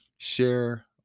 share